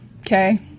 okay